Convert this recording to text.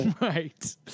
right